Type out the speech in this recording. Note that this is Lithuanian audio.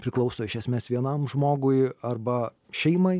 priklauso iš esmės vienam žmogui arba šeimai